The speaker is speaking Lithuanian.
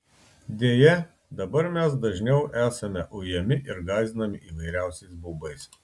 deja dabar mes dažniau esame ujami ir gąsdinami įvairiausiais baubais